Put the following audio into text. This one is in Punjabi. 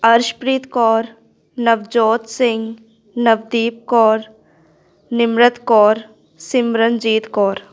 ਅਰਸ਼ਪ੍ਰੀਤ ਕੌਰ ਨਵਜੋਤ ਸਿੰਘ ਨਵਦੀਪ ਕੌਰ ਨਿਮਰਤ ਕੌਰ ਸਿਮਰਨਜੀਤ ਕੌਰ